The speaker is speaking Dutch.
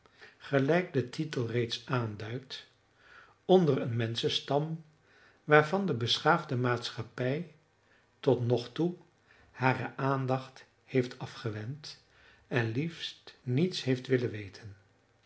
gelijk de titel reeds aanduidt onder een menschenstam waarvan de beschaafde maatschappij tot nog toe hare aandacht heeft afgewend en liefst niets heeft willen weten